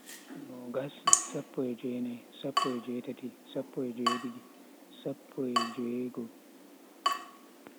Nogas, sappo e jui-nai, sappo e jui-tati, sappo e jui-didi, sappo e jui-go.